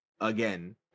Again